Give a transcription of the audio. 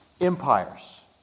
empires